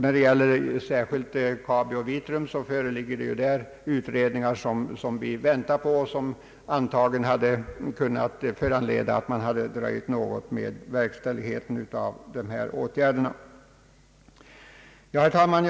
När det gäller Kabi och Vitrum väntar vi på utredningar, vilket borde ha medfört att man dröjde något med verkställigheten av dessa åtgärder. Herr talman!